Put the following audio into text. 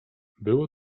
było